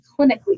clinically